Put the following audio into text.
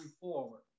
forward